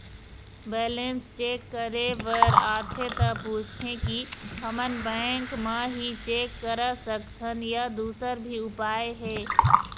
Balance check करे बर आथे ता पूछथें की हमन बैंक मा ही चेक करा सकथन या दुसर भी उपाय हे?